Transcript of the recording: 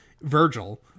Virgil